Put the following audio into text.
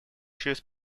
через